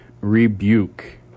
Rebuke